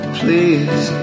please